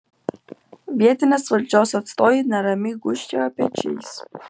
vietinės valdžios atstovai neramiai gūžčioja pečiais